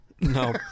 No